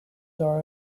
are